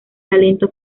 talento